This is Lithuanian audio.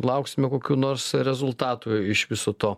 lauksime kokių nors rezultatų iš viso to